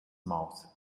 mouth